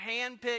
handpicked